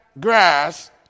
grass